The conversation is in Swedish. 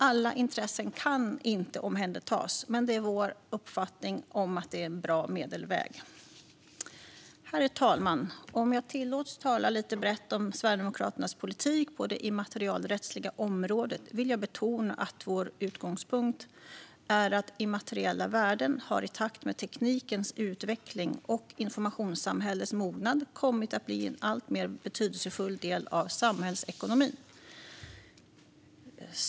Alla intressen kan inte omhändertas, men det är vår uppfattning att detta är en bra medelväg. Herr talman! Om jag tillåts att tala lite brett om Sverigedemokraternas politik på det immaterialrättsliga området vill jag betona att vår utgångspunkt är att immateriella värden i takt med teknikens utveckling och informationssamhällets mognad har kommit att bli en alltmer betydelsefull del av samhällsekonomin.